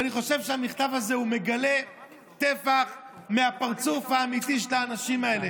אני חושב שהמכתב הזה מגלה טפח מהפרצוף האמיתי של האנשים האלה.